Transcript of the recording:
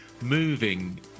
moving